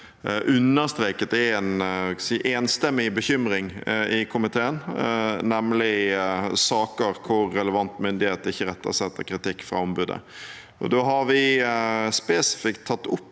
understreket er en enstemmig bekymring i komiteen, nemlig saker hvor relevant myndighet ikke retter seg etter kritikk fra ombudet. Vi har spesifikt tatt opp